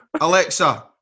Alexa